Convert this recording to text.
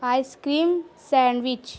ice cream sandwich